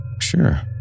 Sure